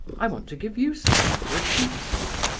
i want to give you something for a keepsake.